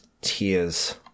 Tears